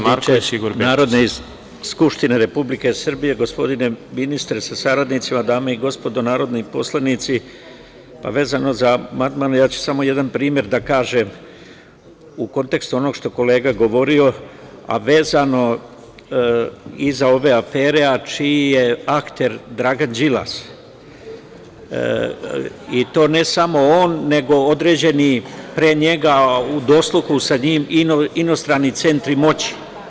Poštovani potpredsedniče Narodne skupštine Republike Srbije, gospodine ministre sa saradnicima, dame i gospodo narodni poslanici, vezano za amandman ja ću samo jedan primer da kažem u kontekstu onoga što je kolega govorio, a vezano i za ove afere čije akter Dragan Đilas i to ne samo on, nego određeni pre njega u dosluhu sa njim, inostrani centri moći.